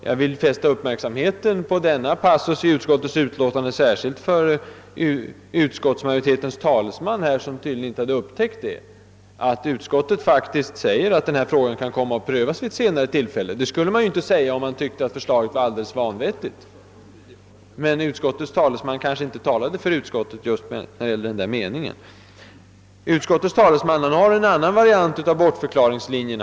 Jag vill fästa uppmärksamheten på denna passus i utlåtandet, eftersom utskottsmajoritetens talesman tydligen inte har upptäckt att utskottet faktiskt framhåller att frågan kan komma att prövas vid ett senare tillfälle. Det skulle utskottet inte göra, om det ansåg att förslaget var alldeles vanvettigt. Men =utskottsmajoritetens talesman kanske inte talar för utskottet när det gäller just den meningen. Han följer en annan variant av bortförklaringslinjen.